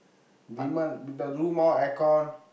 Vimal the room more aircon